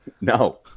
no